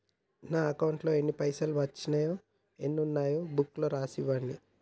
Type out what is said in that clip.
నా అకౌంట్లో ఎన్ని పైసలు వచ్చినాయో ఎన్ని ఉన్నాయో బుక్ లో రాసి ఇవ్వండి?